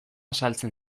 saltzen